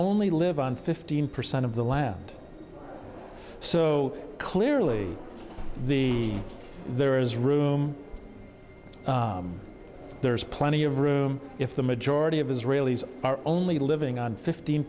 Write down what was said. only live on fifteen percent of the land so clearly the there is room there's plenty of room if the majority of israelis are only living on fifteen